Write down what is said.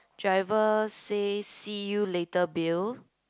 driver says see you later Bill